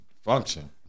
function